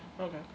Okay